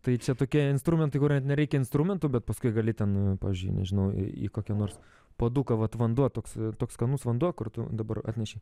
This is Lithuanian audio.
tai čia tokie instrumentai kur net nereikia instrumentų bet paskui gali ten pavyzdžiui nežinau į į kokį nors puoduką vat vanduo toks toks skanus vanduo kur tu dabar atnešei